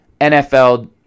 NFL